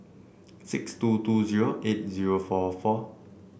six two two zero eight zero four four